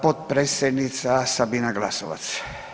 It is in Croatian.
Potpredsjednica Sabina Glasovac.